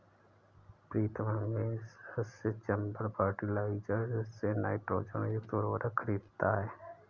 प्रीतम हमेशा से चंबल फर्टिलाइजर्स से नाइट्रोजन युक्त उर्वरक खरीदता हैं